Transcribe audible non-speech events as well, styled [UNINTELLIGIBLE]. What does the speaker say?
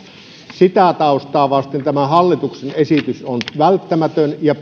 sitä taustaa vasten tämä hallituksen esitys on välttämätön ja [UNINTELLIGIBLE]